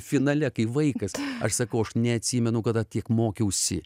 finale kai vaikas aš sakau aš neatsimenu kada tiek mokiausi